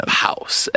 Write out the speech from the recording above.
house